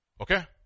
Okay